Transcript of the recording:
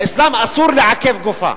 באסלאם אסור לעכב גופה.